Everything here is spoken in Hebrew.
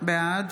בעד